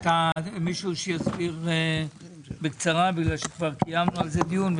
מישהו שיסביר בקצרה בגלל שכבר קיימנו על זה דיון.